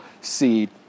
seed